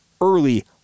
early